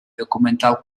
documental